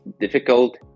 difficult